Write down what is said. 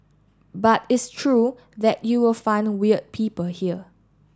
but it's true that you will find weird people here